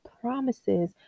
promises